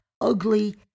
ugly